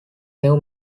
new